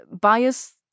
bias